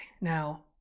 Now